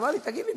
אמר לי: תגיד לי,